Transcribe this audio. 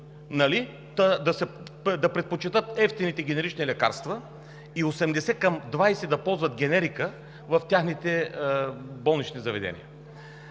да предпочетат евтините генерични лекарства и 80 към 20 да ползват генерика в техните болнични заведения?